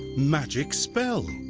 magic spell!